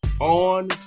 on